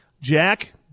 Jack